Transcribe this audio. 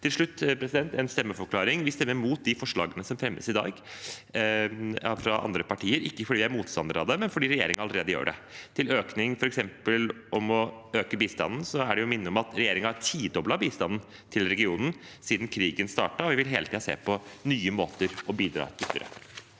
en stemmeforklaring: Vi stemmer i dag mot de forslagene som fremmes fra andre partier, ikke fordi vi er motstandere av dem, men fordi regjeringen allere de gjør dette. Til å øke bistanden, f.eks., er det å minne om at regjeringen har tidoblet bistanden til regionen siden krigen startet, og vi vil hele tiden se på nye måter å bidra ytterligere